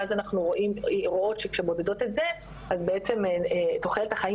ואז אנחנו רואות כשמודדות את זה אז בעצם תוחלת החיים